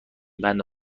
بنده